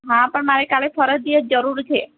હા પણ મારે કાલે ફરજિયાત જરૂર છે